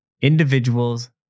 individuals